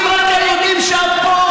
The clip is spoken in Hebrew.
אם רק היו יודעים שאת פה,